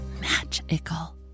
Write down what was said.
magical